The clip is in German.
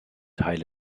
teile